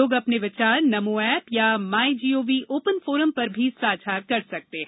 लोग अपने विचार नमो एप या माइजीओवी ओपन फोरम पर भी साझा कर सकते हैं